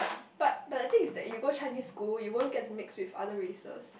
but but the thing is that if you go Chinese school you won't get to mix with other races